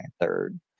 third